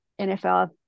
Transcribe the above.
NFL